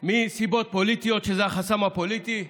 מנסיבות פוליטיות, שזה החסם הפוליטי,